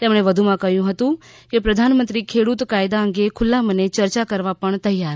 તેમણે વધુમાં કહ્યું કે પ્રધાનમંત્રી ખેડૂત કાયદા અંગે ખુલ્લા મને ચર્ચા કરવા પણ તૈયાર છે